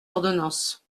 ordonnances